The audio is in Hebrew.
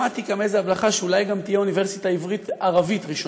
שמעתי גם איזו הבלחה שאולי גם תהיה אוניברסיטה עברית ערבית ראשונה.